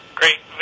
great